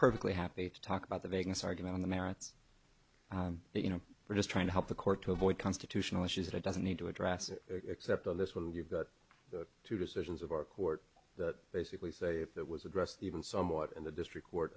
perfectly happy to talk about the vagueness argument on the merits you know we're just trying to help the court to avoid constitutional issues that it doesn't need to address except on this when you've got two decisions of our court that basically say that was addressed even somewhat in the district court